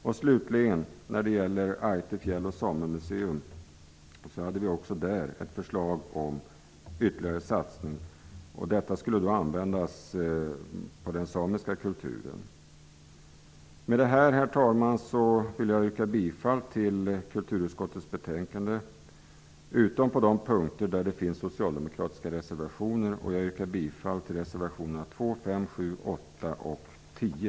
Vi hade slutligen också ett förslag om ytterligare satsning på Ajtte fjäll och samemuseum. Pengarna skulle användas för att värna om den samiska kulturen. Herr talman! Jag vill yrka bifall till hemställan i kulturutskottets betänkande utom på de punkter där det finns socialdemokratiska reservationer. Jag yrkar bifall till reservationerna 2, 5, 7, 8 och 10.